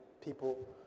people